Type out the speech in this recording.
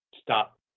Stop